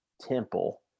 Temple